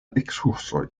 ekskursoj